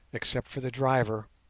except for the driver,